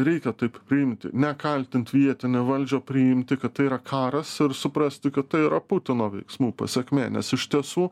reikia taip priimti nekaltint vietinę valdžią priimti kad tai yra karas ir suprasti kad tai yra putino veiksmų pasekmė nes iš tiesų